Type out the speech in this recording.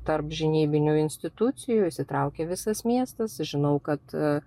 tarpžinybinių institucijų įsitraukė visas miestas žinau kad